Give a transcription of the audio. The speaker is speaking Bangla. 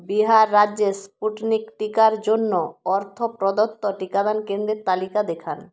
বিহার রাজ্যে স্পুটনিক টিকার জন্য অর্থ প্রদত্ত টিকাদান কেন্দ্রের তালিকা দেখান